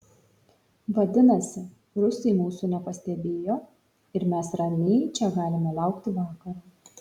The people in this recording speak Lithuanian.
vadinasi rusai mūsų nepastebėjo ir mes ramiai čia galime laukti vakaro